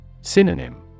Synonym